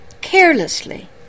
Carelessly